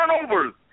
turnovers